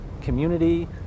community